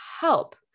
help